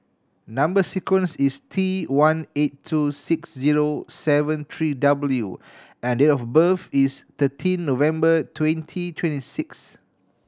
number sequence is T one eight two six zero seven three W and date of birth is thirteen November twenty twenty six